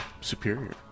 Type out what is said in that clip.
superior